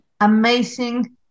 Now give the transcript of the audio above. amazing